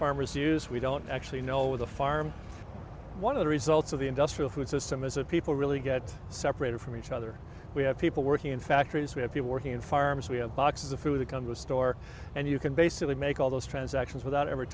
farmers use we don't actually know where the farm one of the results of the industrial food system is a people really get separated from each other we have people working in factories we have people working in farms we have boxes of food that come to a store and you can basically make all those transactions without ever